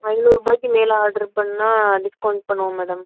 ஐந்நூறுபாய்க்கு மேலே ஆட்ரு பண்ணால் டிஸ்கௌண்ட் பண்ணுவோம் மேடம்